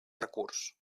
recurs